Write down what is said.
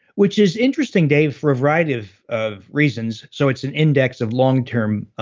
which is interesting, dave, for a variety of of reasons. so, it's an index of long-term